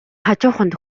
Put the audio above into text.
хажууханд